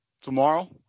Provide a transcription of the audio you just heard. tomorrow